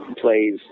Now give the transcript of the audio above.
plays